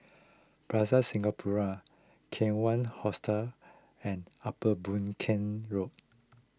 Plaza Singapura Kawan Hostel and Upper Boon Keng Road